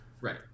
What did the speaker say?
right